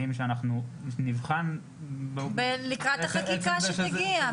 שאנחנו נבחן --- לקראת החקיקה שתגיע.